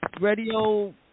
radio